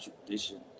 tradition